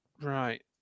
right